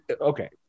okay